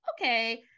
okay